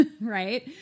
right